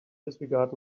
disregard